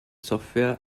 software